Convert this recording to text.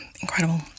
incredible